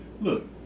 look